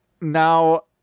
now